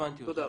הבנתי אותך.